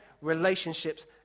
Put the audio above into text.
relationships